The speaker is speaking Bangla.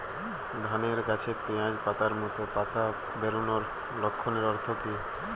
ধানের গাছে পিয়াজ পাতার মতো পাতা বেরোনোর লক্ষণের অর্থ কী?